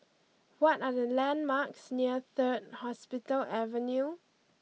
what are the landmarks near Third Hospital Avenue